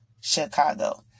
Chicago